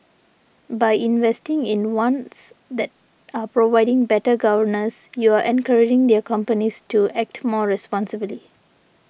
by investing in ones that are providing better governance you're encouraging their companies to act more responsibly